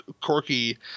Corky